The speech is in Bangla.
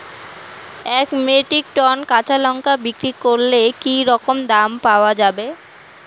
এক মেট্রিক টন কাঁচা লঙ্কা বিক্রি করলে কি রকম দাম পাওয়া যাবে?